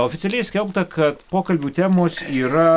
oficialiai skelbta kad pokalbių temos yra